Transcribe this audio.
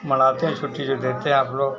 मनाते हैं छुट्टी जब देते हैं आप लोग